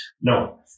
no